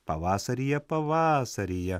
pavasaryje pavasaryje